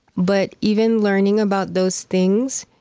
but even learning about those things,